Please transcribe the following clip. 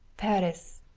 paris,